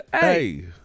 Hey